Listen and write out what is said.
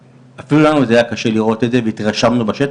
אפילו לנו זה היה קשה לראות את זה והתרשמנו בשטח.